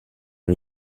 are